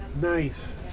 Nice